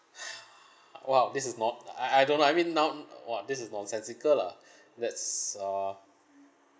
!wow! this is not I I I don't know I mean now !wah! this is nonsensical lah that's uh